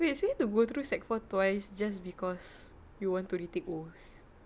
you're saying to go through sec four twice just cause you want to retake O